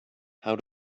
how